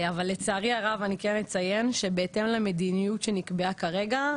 אבל לצערי הרב אני כן אציין שבהתאם למדיניות שנקבעה כרגע,